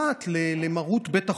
מוחלט למרות בית החולים,